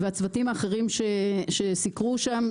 והצוותים האחרים שסיקרו שם,